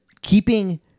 keeping